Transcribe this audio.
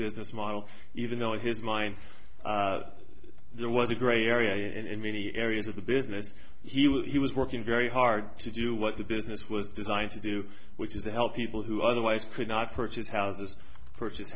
business model even though his mind there was a gray area and in many areas of the business he was working very hard to do what the business was designed to do which is to help people who otherwise could not purchase how's this purchase